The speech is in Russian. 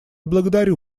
благодарю